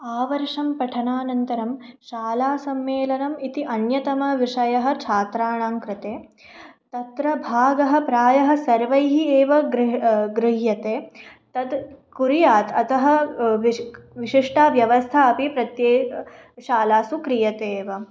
आवर्षं पठनानन्तरं शाला सम्मेलनम् इति अन्यतमविषयः छात्राणां कृते तत्र भागः प्रायः सर्वैः एव ग्रुह् गृह्यते तद् कुर्यात् अतः विश् विशिष्टा व्यवस्थापि प्रत्येकं शालासु क्रियते एव